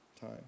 time